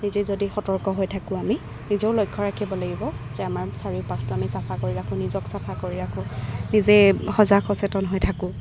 নিজে যদি সতৰ্ক হৈ থাকোঁ আমি নিজেও লক্ষ্য ৰাখিব লাগিব যে আমাৰ চাৰিও পাষটো আমি চাফা কৰি ৰাখোঁ নিজক চাফা কৰি ৰাখোঁ নিজে সজাগ সচেতন হৈ থাকোঁ